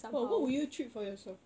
but what would you treat for yourself